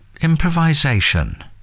improvisation